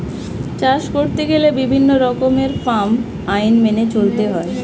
চাষ করতে গেলে বিভিন্ন রকমের ফার্ম আইন মেনে চলতে হয়